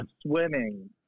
Swimming